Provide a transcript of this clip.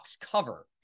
cover